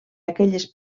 aquelles